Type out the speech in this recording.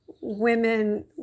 women